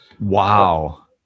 Wow